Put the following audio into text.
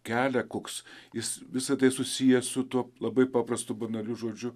kelią koks jis visa tai susiję su tuo labai paprastu banaliu žodžiu